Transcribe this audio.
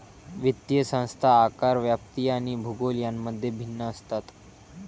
वित्तीय संस्था आकार, व्याप्ती आणि भूगोल यांमध्ये भिन्न असतात